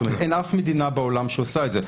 זאת אומרת אין אף מדינה בעולם שעושה את זה.